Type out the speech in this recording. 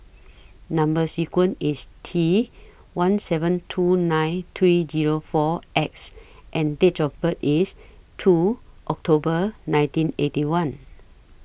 Number sequence IS T one seven two nine three Zero four X and Date of birth IS two October nineteen Eighty One